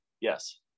Yes